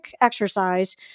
exercise